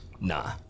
Nah